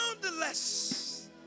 boundless